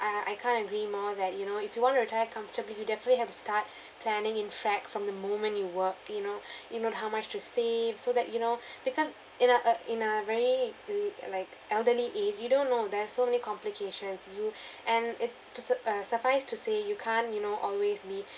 I I can't agree more that you know if you want to retire comfortably you definitely have start planning in fact from the moment you work you know you'll know how much to save so that you know because in a uh in a very li~ like elderly if you don't know there are so many complications you and it to su~ uh suffice to say you can't you know always be